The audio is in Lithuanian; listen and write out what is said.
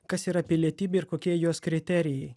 kas yra pilietybė ir kokie jos kriterijai